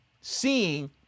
seeing